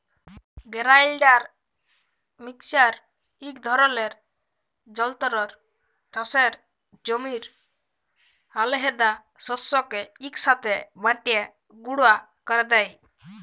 grinder mixer ইক ধরলের যল্তর চাষের জমির আলহেদা শস্যকে ইকসাথে বাঁটে গুঁড়া ক্যরে দেই